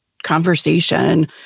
Conversation